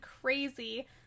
crazy